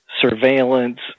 surveillance